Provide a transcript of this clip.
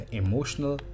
emotional